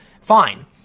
fine